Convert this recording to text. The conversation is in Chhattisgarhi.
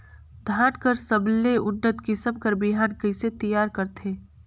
धान कर सबले उन्नत किसम कर बिहान कइसे तियार करथे?